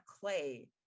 Clay